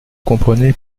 comprenez